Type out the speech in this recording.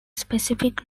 specific